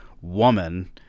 woman